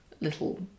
little